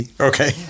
Okay